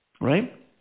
Right